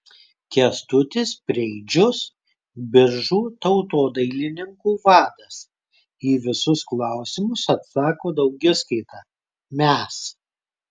kęstutis preidžius biržų tautodailininkų vadas į visus klausimus atsako daugiskaita mes